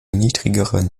niedrigeren